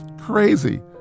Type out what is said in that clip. crazy